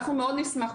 אנחנו מאוד נשמח.